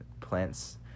plants